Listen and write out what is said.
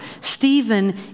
Stephen